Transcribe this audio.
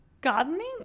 Gardening